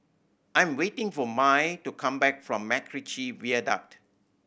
I'm waiting for Mai to come back from MacRitchie Viaduct